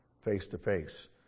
face-to-face